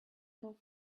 told